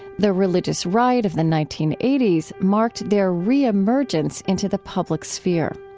the religious right of the nineteen eighty s marked their reemergence into the public sphere.